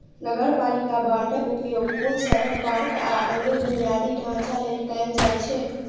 नगरपालिका बांडक उपयोग पुल, सड़क, पार्क, आ अन्य बुनियादी ढांचा लेल कैल जाइ छै